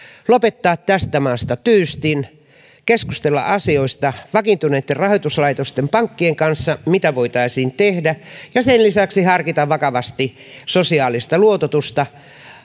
lopettaa tästä maasta tyystin keskustella vakiintuneitten rahoituslaitosten pankkien kanssa siitä mitä voitaisiin tehdä ja sen lisäksi harkita vakavasti sosiaalista luototusta